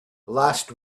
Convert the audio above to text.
last